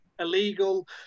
Illegal